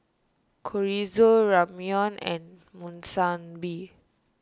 Chorizo Ramyeon and Monsunabe